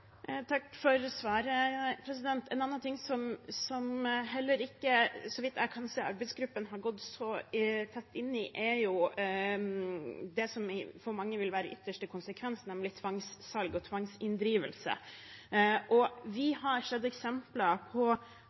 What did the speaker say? Takk for svaret. En annen ting som arbeidsgruppen, så vidt jeg kan se, heller ikke har gått så tett inn på, er det som for mange vil være ytterste konsekvens, nemlig tvangssalg og tvangsinndrivelse. Vi har sett eksempler